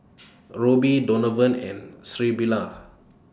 Roby Donovan and Sybilla